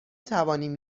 توانیم